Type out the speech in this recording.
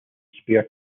spare